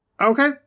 Okay